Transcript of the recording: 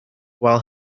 while